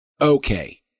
Okay